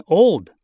old